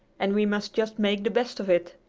and we must just make the best of it.